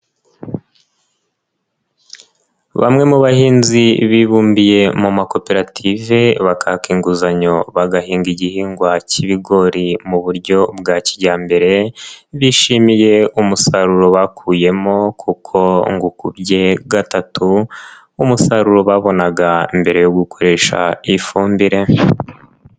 Bamwe mu bahinzi bibumbiye mu makoperative bakaka inguzanyo, bagahinga igihingwa cy'ibigori mu buryo bwa kijyambere, bishimiye umusaruro bakuyemo kuko ngo ukubye gatatu umusaruro babonaga mbere yo gukoresha ifumbire.